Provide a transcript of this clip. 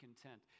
content